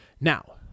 now